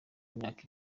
imyaka